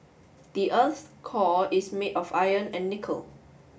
the earth's core is made of iron and nickel